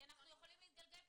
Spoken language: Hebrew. אפשר למנוע.